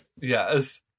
yes